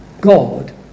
God